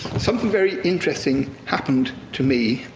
something very interesting happened to me,